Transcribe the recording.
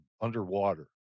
underwater